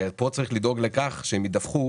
צריך לדאוג לכך שהם ידווחו